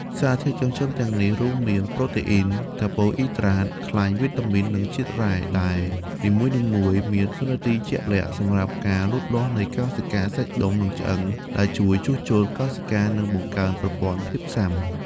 សារធាតុចិញ្ចឹមទាំងនេះរួមមាន ប្រូតេអ៊ីន កាបូអ៊ីដ្រាត ខ្លាញ់ វីតាមីន និងជាតិរ៉ែ ដែលនីមួយៗមានតួនាទីជាក់លាក់ សម្រាប់ការលូតលាស់នៃកោសិកា សាច់ដុំ និងឆ្អឹង ហើយការជួសជុលកោសិកា និងបង្កើនប្រព័ន្ធភាពស៊ាំ។